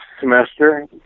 semester